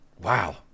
Wow